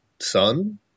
son